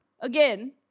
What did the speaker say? Again